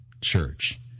church